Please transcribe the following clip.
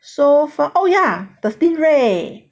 so for oh yeah the stingray